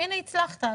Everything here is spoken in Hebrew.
והנה הצלחת,